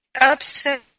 upset